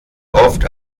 oft